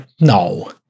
no